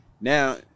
now